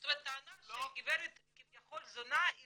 זאת אומרת טענה שהגברת כביכול זונה היא